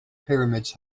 pyramids